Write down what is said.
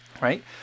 right